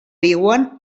viuen